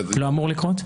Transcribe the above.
זה לא אמור לקרות?